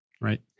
right